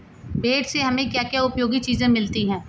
भेड़ से हमें क्या क्या उपयोगी चीजें मिलती हैं?